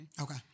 Okay